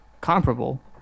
comparable